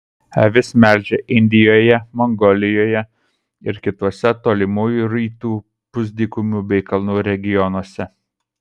avis melžia indijoje mongolijoje ir kituose tolimųjų rytų pusdykumių bei kalnų regionuose